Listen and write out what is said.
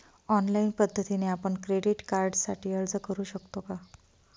Online पद्धतीने आपण credit कार्डसाठी अर्ज करु शकतो का?